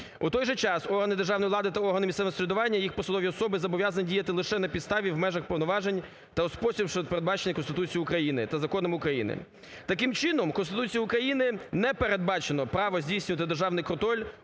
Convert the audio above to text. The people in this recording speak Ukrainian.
У той же час органи державної влади та органи місцевого самоврядування і їх посадові особи зобов'язані діяти лише на підставі в межах повноважень та у спосіб, що передбачений Конституцією України та законами України. Таким чином Конституцією України не передбачено право здійснювати державний контроль